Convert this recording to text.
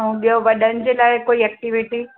ऐं ॿियों वॾनि जे लाइ कोई एक्टिविटी